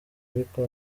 ariko